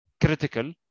critical